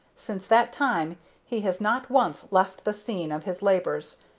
since that time he has not once left the scene of his labors,